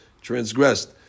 transgressed